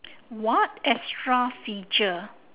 what extra feature